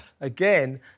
again